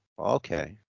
Okay